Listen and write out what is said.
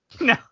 No